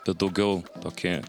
tad daugiau tokie